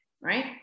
right